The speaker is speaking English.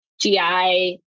GI